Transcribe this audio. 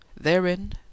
therein